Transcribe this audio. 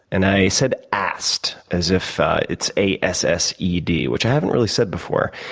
and i said assed, as if it's a s s e d, which i haven't really said before.